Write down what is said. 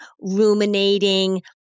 ruminating